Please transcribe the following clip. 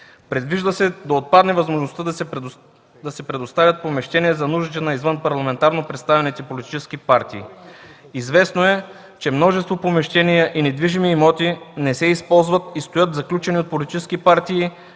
Предвижда се да отпадне възможността да се предоставят помещения за нуждите на извънпарламентарно представените политически партии. Известно е, че множество помещения и недвижими имоти не се използват и стоят заключени от политически партии,